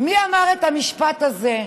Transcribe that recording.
מי אמר את המשפט הזה: